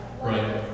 Right